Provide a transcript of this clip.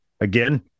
Again